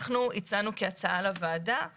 אנחנו הצענו לוועדה,